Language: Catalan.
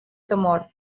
temor